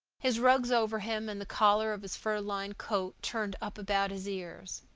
his rugs over him and the collar of his fur-lined coat turned up about his ears.